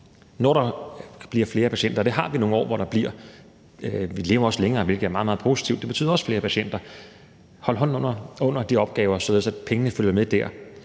når der kommer flere patienter. Det har vi nogle år hvor der kommer. Vi lever også længere, hvilket er meget, meget positivt. Det betyder også flere patienter. Det handler altså om at holde hånden under de opgaver, således at pengene følger med der.